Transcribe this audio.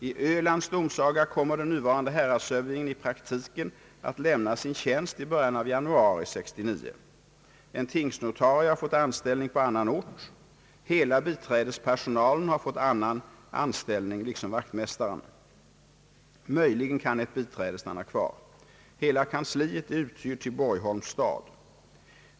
I Ölands domsaga kommer den nuvarande häradshövdingen i praktiken att lämna sin tjänst i början av januari 1969. En tingsnotarie har fått anställning på annan ort. Hela biträdespersonalen har fått annan anställning liksom vaktmästaren. Möjligen kan ett biträde stanna kvar. Hela kansliet är uthyrt till Borgholms stad.